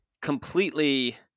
completely